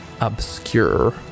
obscure